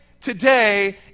today